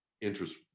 interest